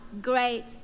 great